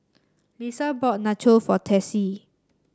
Lissa bought Nacho for Texie